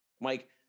Mike